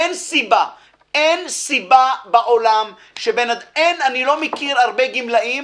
אין סיבה בעולם אני לא מכיר הרבה גמלאים